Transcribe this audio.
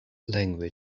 language